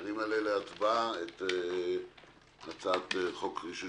אני מעלה להצבעה את הצעת חוק רישוי